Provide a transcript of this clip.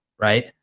right